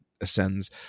ascends